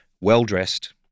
well-dressed